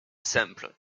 simple